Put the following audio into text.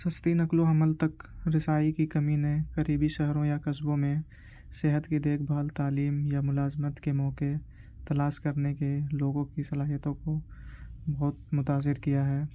سستی نقل و حمل تک رسائی کی کمی نے قریبی شہروں یا قصبوں میں صحت کی دیکھ بھال تعلیم یا ملازمت کے موقعے تلاش کرنے کے لوگوں کی صلاحیتوں کو بہت متاثر کیا ہے